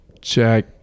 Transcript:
check